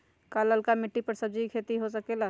का लालका मिट्टी कर सब्जी के भी खेती हो सकेला?